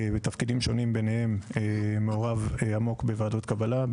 ביניהם מעורב עמוק בוועדות קבלה,